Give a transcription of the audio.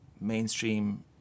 mainstream